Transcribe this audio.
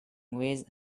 with